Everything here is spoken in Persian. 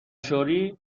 شوری